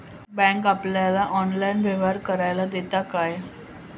Bank आपल्याला online व्यवहार करायला देता काय?